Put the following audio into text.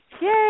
yay